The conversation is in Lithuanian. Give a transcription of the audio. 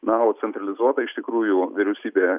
na o centralizuotai iš tikrųjų vyriausybė